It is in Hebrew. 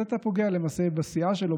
אז אתה פוגע למעשה בסיעה שלו,